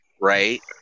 right